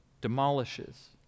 demolishes